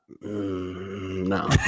No